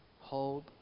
hold